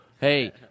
Hey